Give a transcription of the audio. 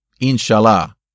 Inshallah